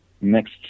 next